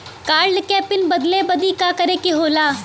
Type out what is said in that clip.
Card क PIN बदले बदी का करे के होला?